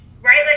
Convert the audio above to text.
right